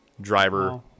Driver